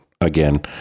again